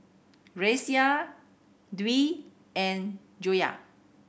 Raisya Dwi and Joyah